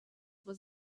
was